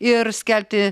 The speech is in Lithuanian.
ir skelbti